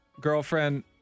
girlfriend